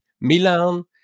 Milan